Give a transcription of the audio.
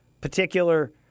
particular